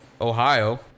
Ohio